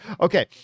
okay